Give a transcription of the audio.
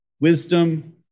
wisdom